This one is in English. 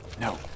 No